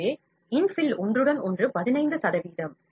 எனவே இன்ஃபில் ஒன்றுடன் ஒன்று 15 சதவீதம்